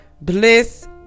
Bliss